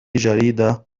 جريدة